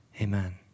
amen